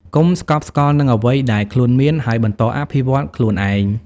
កុំស្កប់ស្កល់នឹងអ្វីដែលខ្លួនមាន ហើយបន្តអភិវឌ្ឍខ្លួនឯង។